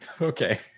okay